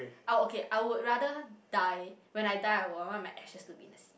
I would okay I would rather die when I die I would want my ashes to be in the sea